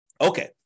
Okay